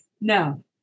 no